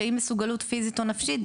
שאי מסוגלות פיזית או נפשית,